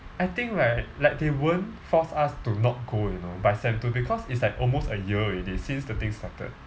I think right like they won't force us to not go you know by sem two because it's like almost a year already since the thing started